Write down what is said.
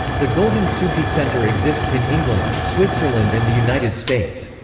the golden sufi center exists in england, switzerland and the united states.